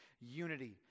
unity